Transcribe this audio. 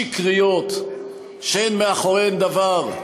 שקריות, שאין מאחוריהן דבר,